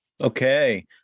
Okay